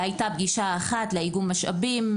הייתה פגישה אחת לאיגום משאבים,